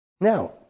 Now